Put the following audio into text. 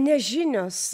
ne žinios